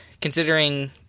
considering